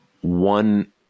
one